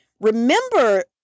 remember